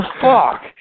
fuck